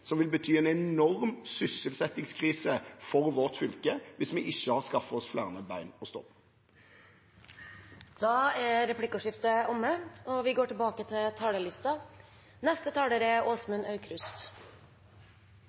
som vil bety en enorm sysselsettingskrise for vårt fylke hvis vi ikke har skaffet oss flere bein å stå på. Replikkordskiftet er omme. Ofte sier vi at vi er så heldige som bor i Norge. At hver og en av oss er